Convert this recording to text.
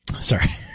Sorry